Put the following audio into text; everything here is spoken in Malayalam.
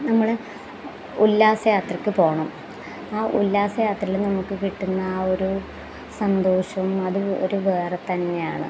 നമ്മൾ ഉല്ലാസ യാത്രയ്ക്ക് പോവണം ആ ഉല്ലാസ യാത്രയിൽ നമുക്ക് കിട്ടുന്ന ആ ഒരു സന്തോഷം അത് ഒരു വേറെ തന്നെയാണ്